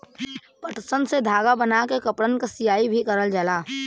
पटसन से धागा बनाय के कपड़न क सियाई भी करल जाला